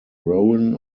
rouen